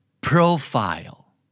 profile